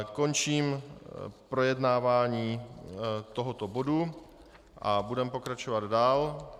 Končím projednávání tohoto bodu a budeme pokračovat dál.